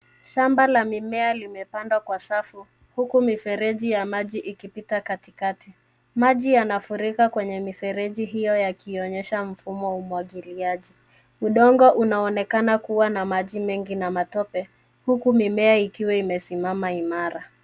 Shamba la mimea limepandwa kwa safu huku mifereji ya maji ikipita katikati. Maji yanafurika kwenye mifereji hiyo yakionyesha mfumo wa umwagiliaji. Udongo unaonekana kuwa na maji mengi na matope huku mimea ikiwa imesimama imara.